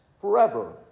forever